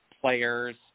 players